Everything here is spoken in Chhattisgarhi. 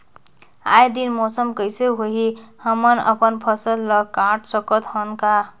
आय दिन मौसम कइसे होही, हमन अपन फसल ल काट सकत हन का?